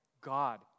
God